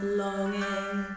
longing